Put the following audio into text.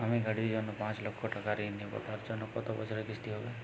আমি গাড়ির জন্য পাঁচ লক্ষ টাকা ঋণ নেবো তার জন্য কতো বছরের কিস্তি হবে?